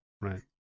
right